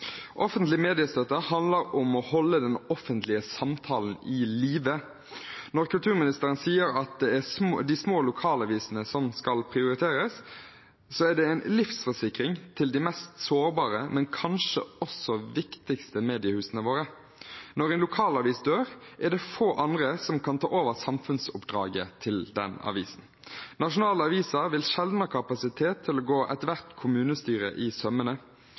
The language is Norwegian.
Offentlig mediestøtte handler om å holde den offentlige samtalen i live. Når kulturministeren sier at det er de små lokalavisene som skal prioriteres, er det en livsforsikring til de mest sårbare, men kanskje også viktigste mediehusene våre. Når en lokalavis dør, er det få andre som kan ta over samfunnsoppdraget til den avisen. Nasjonale aviser vil sjelden ha kapasitet til å gå ethvert kommunestyre etter i sømmene.